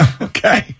Okay